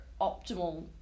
optimal